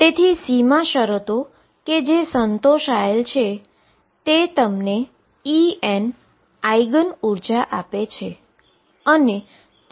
તેથી boundary condition કે જે સંતોષાયેલ છે તે તમને En એ આઈગન વેલ્યુ અને એનર્જી આપે છે